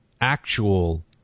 actual